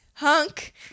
Hunk